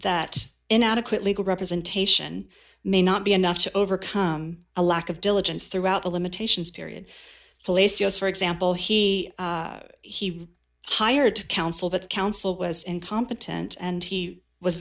that inadequate legal representation may not be enough to overcome a lack of diligence throughout the limitations period place yes for example he he hired to counsel that counsel was incompetent and he was